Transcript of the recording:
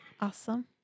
awesome